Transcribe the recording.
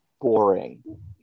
boring